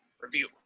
review